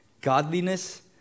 Godliness